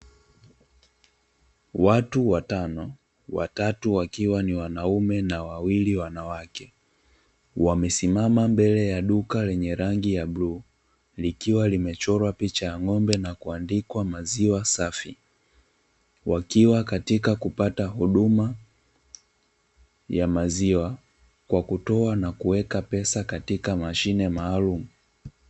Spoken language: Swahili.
Watu watano, watatu wakiwa ni wanaume wawili ni wanawake wamesimama mbele ya duka, lenye rangi ya bluu likiwa limechorwa picha ya ng’ombe na kuandikwa maziwa safi wakiwa katika kupata huduma ya maziwa kwa kutoa na kuweka pesa katika mashine maalumu.